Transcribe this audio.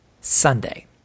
Sunday